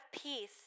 peace